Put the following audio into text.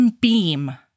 beam